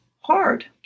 hard